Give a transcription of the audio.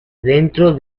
dentro